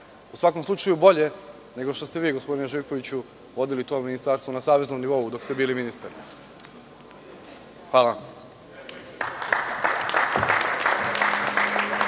U svakom slučaju bolje nego što ste vi gospodine Živkoviću vodili to ministarstvo na saveznom nivou, dok ste bili ministar. Hvala